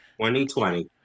2020